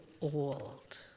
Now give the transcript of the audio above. old